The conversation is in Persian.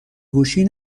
گوشی